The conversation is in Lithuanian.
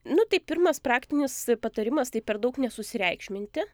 nu tai pirmas praktinis patarimas tai per daug nesusireikšminti